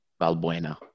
Valbuena